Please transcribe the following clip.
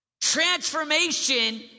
transformation